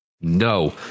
No